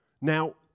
Now